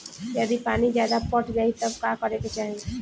यदि पानी ज्यादा पट जायी तब का करे के चाही?